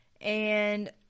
and-